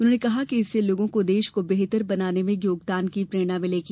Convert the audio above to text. उन्होंने कहा कि इससे लोगों को देश को बेहतर बनाने में योगदान की प्रेरणा मिलेगी